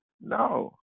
No